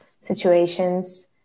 situations